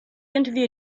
interview